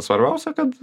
svarbiausia kad